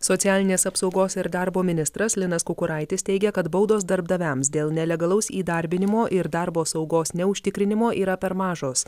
socialinės apsaugos ir darbo ministras linas kukuraitis teigia kad baudos darbdaviams dėl nelegalaus įdarbinimo ir darbo saugos neužtikrinimo yra per mažos